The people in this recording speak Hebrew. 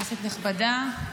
כנסת נכבדה,